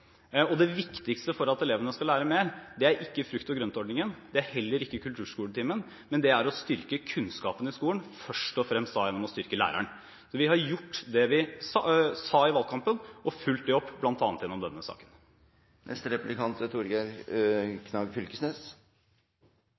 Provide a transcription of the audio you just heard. mer. Det viktigste for at elevene skal lære mer, er ikke frukt og grønt-ordningen. Det er heller ikke kulturskoletimen, men det er å styrke kunnskapen i skolen, først og fremst gjennom å styrke læreren. Vi har gjort det vi sa i valgkampen og fulgt opp det bl.a. gjennom denne saken. Det er